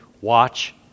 watch